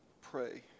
pray